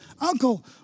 Uncle